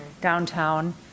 downtown